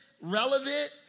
relevant